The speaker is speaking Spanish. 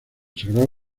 sagrado